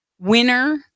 winner